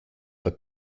for